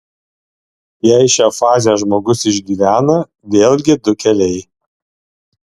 jei šią fazę žmogus išgyvena vėlgi du keliai